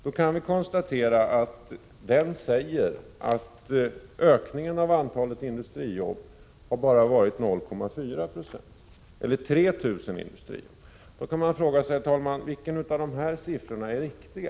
Där kan vi konstatera att ökningen av antalet industrijobb bara har varit 0,4 20 — 3 000 industrijobb. Då kan man fråga sig, herr talman: Vilka av dessa siffror är riktiga?